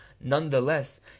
Nonetheless